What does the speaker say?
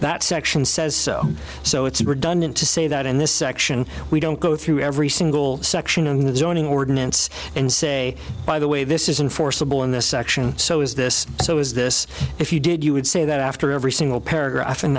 that section says so so it's redundant to say that in this section we don't go through every single section of the zoning ordinance and say by the way this isn't forcible in this section so is this so is this if you did you would say that after every single paragraph and